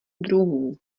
druhů